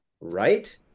Right